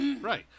right